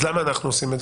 אז למה אנחנו עושים את